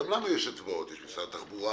גם לנו יש אצבעות יש משרד התחבורה,